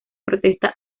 protesta